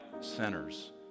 sinners